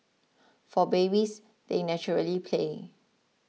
for babies they naturally play